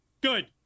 Good